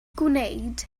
gwneud